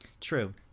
True